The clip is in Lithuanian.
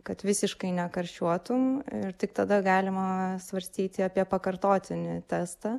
kad visiškai nekarščiuotum tik tada galima svarstyti apie pakartotinį testą